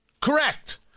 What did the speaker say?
Correct